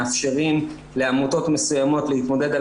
מאפשרים לעמותות מסוימות להתמודד על